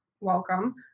welcome